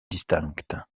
distinctes